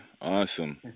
Awesome